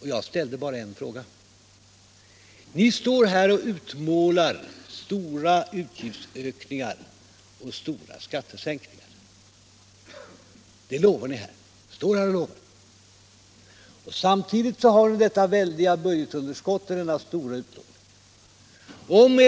men jag ställde bara en fråga. Ni står här och lovar stora utgiftsökningar och stora skattesänkningar samtidigt som vi har detta väldiga budgetunderskott och denna stora upplåning.